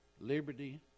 liberty